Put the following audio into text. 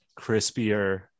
crispier